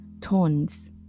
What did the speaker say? tones